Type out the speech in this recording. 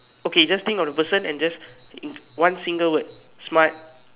okay just think of the person and just one single world smile